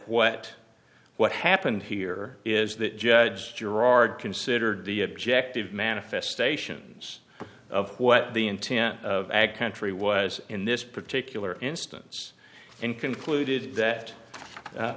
what what happened here is that judge gerard considered the objective manifestations of what the intent of ag country was in this particular instance and concluded that